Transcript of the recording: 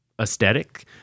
aesthetic